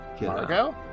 Margot